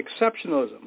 exceptionalism